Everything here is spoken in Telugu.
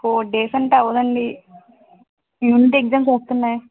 ఫోర్ డేస్ అంటే అవ్వదండి యూనిట్ ఎగ్జామ్స్ వస్తున్నాయి